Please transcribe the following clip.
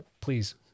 please